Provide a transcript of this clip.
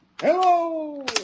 Hello